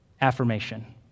affirmation